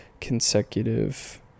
consecutive